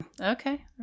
Okay